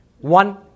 one